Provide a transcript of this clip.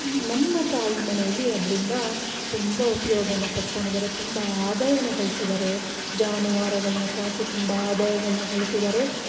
ನಮ್ಮ ತಾಯಿ ಮನೆಯಲ್ಲಿ ಅದ್ರಿಂದ ತುಂಬ ಉಪಯೋಗ ಪಡ್ಕೊಂಡಿದಾರೆ ತುಂಬ ಆದಾಯ ಗಳಿಸಿದಾರೆ ಜಾನುವಾರಗಳನ್ನ ಸಾಕಿ ತುಂಬ ಆದಾಯಗಳನ್ನ ಗಳಿಸಿದಾರೆ